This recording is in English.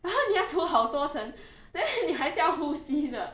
but 它你要涂好多层 then 你还是要呼吸的